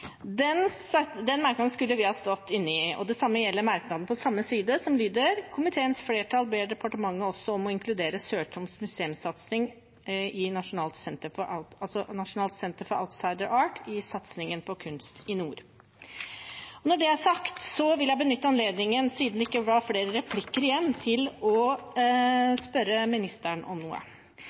samme gjelder merknaden på samme side, som lyder: «Komiteens flertall, alle unntatt medlemmene fra Fremskrittspartiet og Senterpartiet, ber departementet også om å inkludere Sør-Troms museumssatsing «Nasjonalt senter for Outsider Art» i satsingen på «Kunst i nord».» Når det er sagt, vil jeg benytte anledningen – siden det ikke var flere replikker igjen – til å spørre ministeren om noe.